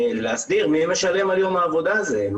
להסדיר מי משלם על יום העבודה הזה,